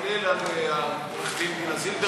כולל על עורכת הדין דינה זילבר.